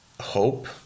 hope